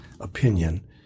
opinion